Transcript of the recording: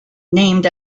named